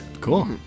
cool